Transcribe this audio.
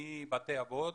מבתי אבות